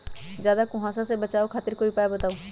ज्यादा कुहासा से बचाव खातिर कोई उपाय बताऊ?